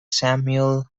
samuel